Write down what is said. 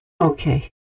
Okay